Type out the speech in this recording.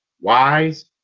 Wise